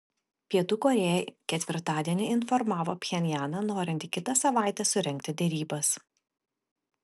pietų korėja ketvirtadienį informavo pchenjaną norinti kitą savaitę surengti derybas